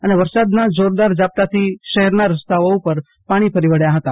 અને વરસાદનાજોરદાર ઝાપટાથી શહેરનારસ્તાઓ પર પાણી ફરી વળ્યા હતા